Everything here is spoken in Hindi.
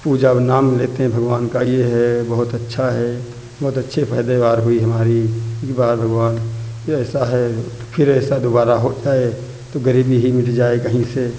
पूजा में नाम लेते हैं भगवान का ये है बहुत अच्छा है बहुत अच्छे पैदेवार हुई हमारी इस बार भगवान ये ऐसा है फिर ऐसा दोबारा हो जाए तो गरीबी ही मिट जाए कहीं से